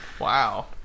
Wow